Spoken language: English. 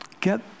get